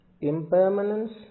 Impermanence